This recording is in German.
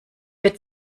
wird